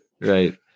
right